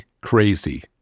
crazy